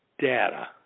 data